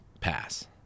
pass